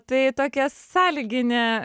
tai tokia sąlyginė